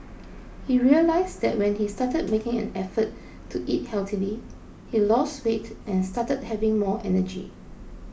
he realised that when he started making an effort to eat healthily he lost weight and started having more energy